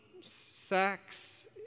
sex